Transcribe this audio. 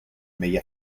may